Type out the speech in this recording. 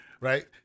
right